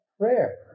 prayer